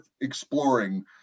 exploring